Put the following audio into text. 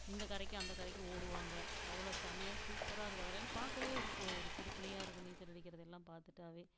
இந்த கரைக்கும் அந்த கரைக்கும் ஓடுவாங்க அவ்வளோ செம்மையாக சூப்பராக இருக்கும் அதுகளை எல்லாம் பாக்கிறதே ஒரு ஒரு கொடுப்பினையா இருக்கும் நீச்சல் அடிக்கிறதெல்லாம் பாத்துட்டா